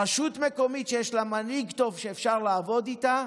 רשות מקומית שיש לה מנהיג טוב, שאפשר לעבוד איתה,